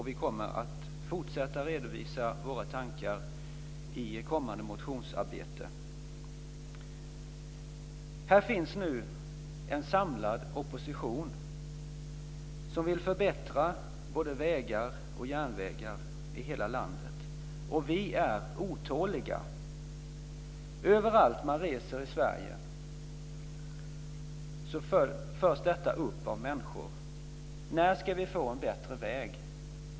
Vi kommer att fortsätta att redovisa våra tankar i kommande motionsarbete. Här finns nu en samlad opposition som vill förbättra både vägar och järnvägar i hela landet, och vi är otåliga. Vart man än reser i Sverige förs detta upp av människor: När ska vi få en bättre väg?